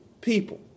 people